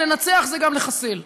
ולנצח זה גם לחסל.